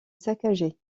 saccagé